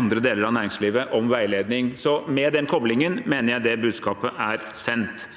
andre deler av næringslivet om veiledning. Med den koblingen mener jeg det budskapet er sendt.